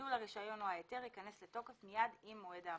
ביטול הרישיון או ההיתר יכנס לתוקף מיד עם מועד ההמצאה.